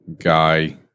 guy